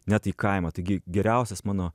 net į kaimą taigi geriausias mano